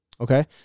Okay